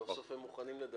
סוף סוף הם מוכנים לדבר.